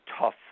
tough